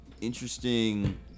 interesting